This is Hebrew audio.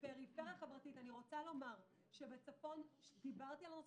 לגבי הפריפריה חברתית אני רוצה לומר שבצפון דיברתי על נושא